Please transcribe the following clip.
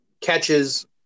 catches